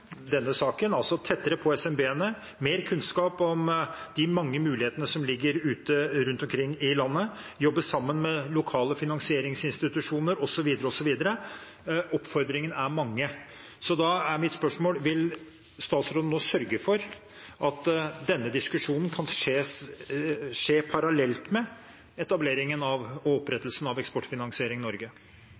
saken, altså: tettere på de små og mellomstore bedriftene, mer kunnskap om de mange mulighetene som ligger ute rundt omkring i landet, jobbe sammen med lokale finansieringsinstitusjoner, osv. Oppfordringene er mange. Da er mitt spørsmål: Vil statsråden nå sørge for at denne diskusjonen kan skje parallelt med etableringen og opprettelsen av Eksportfinansiering Norge?